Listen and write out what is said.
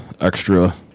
extra